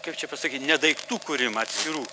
kaip čia pasakyti ne daiktų kūrimą atskirų